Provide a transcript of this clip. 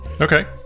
Okay